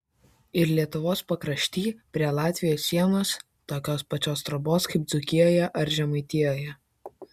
ir lietuvos pakrašty prie latvijos sienos tokios pačios trobos kaip dzūkijoje ar žemaitijoje